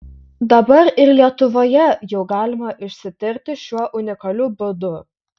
dabar ir lietuvoje jau galima išsitirti šiuo unikaliu būdu